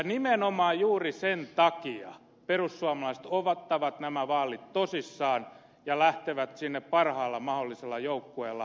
nimenomaan juuri sen takia perussuomalaiset ottavat nämä vaalit tosissaan ja lähtevät sinne parhaalla mahdollisella joukkueella